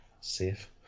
safe